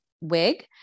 wig